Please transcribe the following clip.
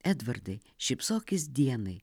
edvardai šypsokis dienai